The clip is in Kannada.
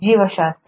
ಜೀವಶಾಸ್ತ್ರ